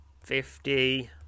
fifty